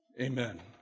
Amen